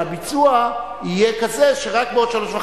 אבל הביצוע יהיה כזה שרק בעוד שלוש שנים